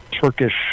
Turkish